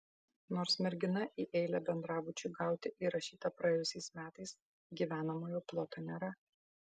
nors mergina į eilę bendrabučiui gauti įrašyta praėjusiais metais gyvenamojo ploto nėra